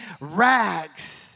rags